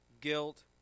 guilt